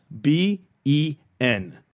b-e-n